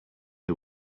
who